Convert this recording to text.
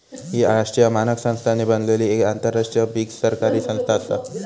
ही राष्ट्रीय मानक संस्थांनी बनलली एक आंतरराष्ट्रीय बिगरसरकारी संस्था आसा